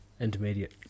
Intermediate